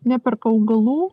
neperka augalų